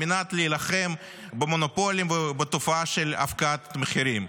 על מנת להילחם במונופולים ובתופעה של הפקעת מחירים?